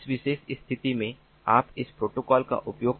इस विशेष स्थिति में आप इस प्रोटोकॉल का उपयोग करते हैं